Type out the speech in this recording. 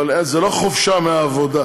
אבל זה לא חופשה מהעבודה,